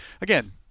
again